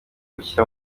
gushyira